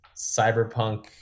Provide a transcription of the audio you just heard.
cyberpunk